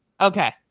Okay